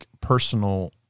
personal